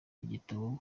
igitabo